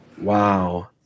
Wow